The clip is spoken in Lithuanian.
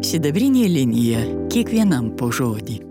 sidabrinė linija kiekvienam po žodį